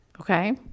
Okay